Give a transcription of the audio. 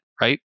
right